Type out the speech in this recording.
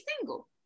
single